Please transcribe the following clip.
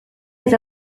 eta